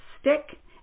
stick